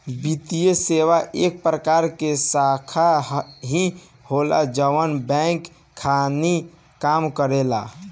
वित्तीये सेवा एक प्रकार के शाखा ही होला जवन बैंक खानी काम करेला